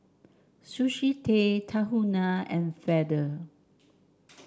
Sushi Tei Tahuna and Feather